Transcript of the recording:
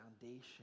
foundation